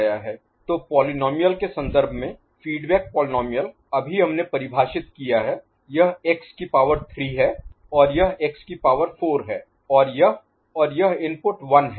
तो पोलीनोमिअल के संदर्भ में फीडबैक पोलीनोमिअल अभी हमने परिभाषित किया है यह x की पावर 3 है और यह x की पावर 4 है और यह और यह इनपुट 1 है